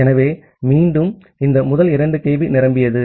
ஆகவே மீண்டும் இந்த முதல் 2 kB நிரம்பியது